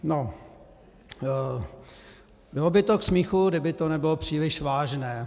No, bylo by to k smíchu, kdyby to nebylo příliš vážné.